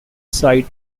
side